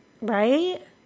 right